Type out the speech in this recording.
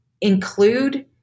include